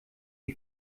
die